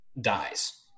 dies